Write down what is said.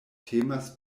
temas